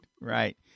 Right